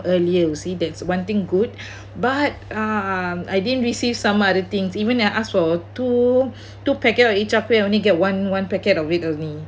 earlier you see that's one thing good but um I didn't receive some other things even I asked for two two packet you char kway only get one one packet of it only